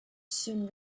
soon